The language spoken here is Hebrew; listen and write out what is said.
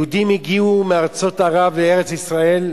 היהודים הגיעו מארצות ערב לארץ-ישראל,